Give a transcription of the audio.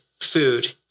food